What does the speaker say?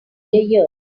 years